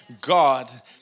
God